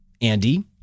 Andy